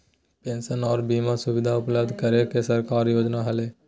pension आर बीमा सुविधा उपलब्ध करे के सरकार के योजना हलय